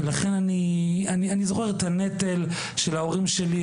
אני זוכר את הנטל של ההורים שלי,